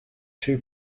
two